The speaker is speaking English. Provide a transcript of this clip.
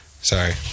Sorry